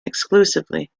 exclusively